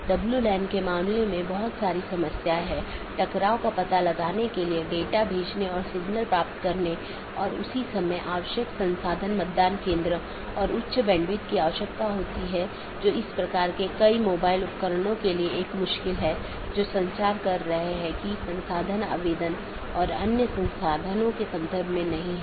इसलिए पथ का वर्णन करने और उसका मूल्यांकन करने के लिए कई पथ विशेषताओं का उपयोग किया जाता है और राउटिंग कि जानकारी तथा पथ विशेषताएं साथियों के साथ आदान प्रदान करते हैं इसलिए जब कोई BGP राउटर किसी मार्ग की सलाह देता है तो वह मार्ग विशेषताओं को किसी सहकर्मी को विज्ञापन देने से पहले संशोधित करता है